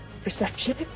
perception